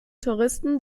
touristen